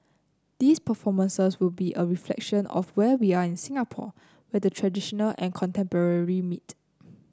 these performances will be a reflection of where we are in Singapore where the traditional and contemporary meet